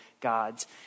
God's